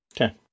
Okay